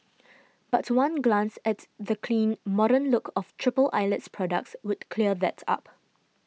but one glance at the clean modern look of Triple Eyelid's products would clear that up